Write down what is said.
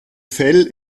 fell